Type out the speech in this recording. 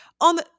on